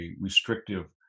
restrictive